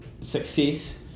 success